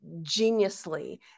geniusly